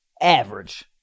average